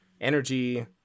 energy